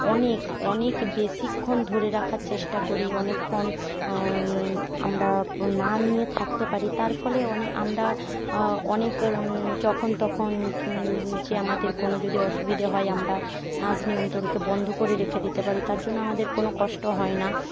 অনেক অনেক বেশিক্ষণ ধরে রাখার চেষ্টা করি অনেকক্ষণ আমরা না নিয়ে থাকতে পারি তার ফলে অনে আমরা অনেক যখন তখন যে আমাদের কোনো যদি অসুবিধে হয় আমরা শ্বাস নিয়ন্ত্রণকে বন্ধ করে রেখে দিতে পারি তার জন্য আমাদের কোন কষ্ট হয় না